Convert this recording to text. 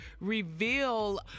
reveal